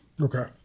Okay